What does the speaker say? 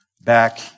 back